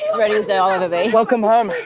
ready as i'll ever be. welcome home.